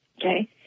Okay